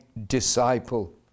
Disciple